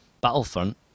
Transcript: Battlefront